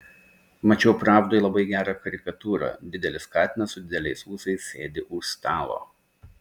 mačiau pravdoj labai gerą karikatūrą didelis katinas su dideliais ūsais sėdi už stalo